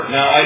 Now